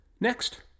Next